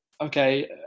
okay